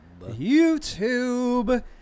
YouTube